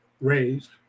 raised